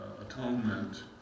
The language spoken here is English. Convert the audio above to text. atonement